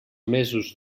mesos